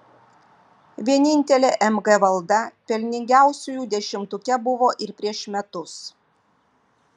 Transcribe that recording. vienintelė mg valda pelningiausiųjų dešimtuke buvo ir prieš metus